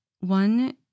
one